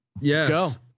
Yes